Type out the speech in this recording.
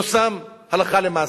יושם הלכה למעשה.